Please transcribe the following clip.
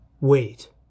Wait